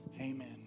Amen